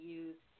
use